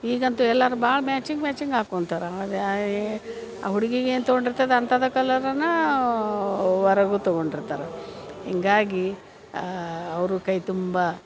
ಈಗಂತೂ ಎಲ್ಲರೂ ಭಾಳ ಮ್ಯಾಚಿಂಗ್ ಮ್ಯಾಚಿಂಗ್ ಹಾಕೊಂತಾರ ಅದಾಯೆ ಆ ಹುಡ್ಗಿಗೆ ಏನು ತಗೊಂಡಿರ್ತದೆ ಅಂಥದ್ದು ಕಲರನ್ನು ವರಗೂ ತಗೊಂಡಿರ್ತಾರೆ ಹಿಂಗಾಗಿ ಅವರು ಕೈ ತುಂಬ